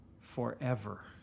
forever